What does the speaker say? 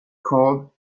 called